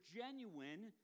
genuine